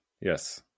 Yes